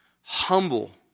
humble